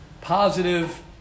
positive